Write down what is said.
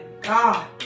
God